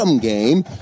game